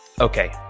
okay